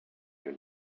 you